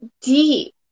deep